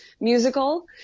musical